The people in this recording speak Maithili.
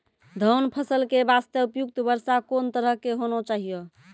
धान फसल के बास्ते उपयुक्त वर्षा कोन तरह के होना चाहियो?